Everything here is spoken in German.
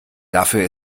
dafür